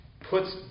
puts